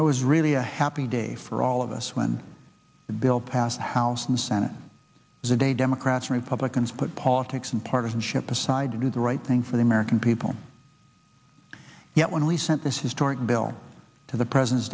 it was really a happy day for all of us when the bill passed the house and senate was a day democrats republicans put politics and partisanship aside to do the right thing for the american people yet when we sent this historic bill to the president